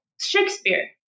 Shakespeare